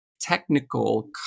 technical